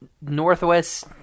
Northwest